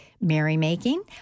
merrymaking